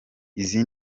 izi